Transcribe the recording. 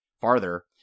farther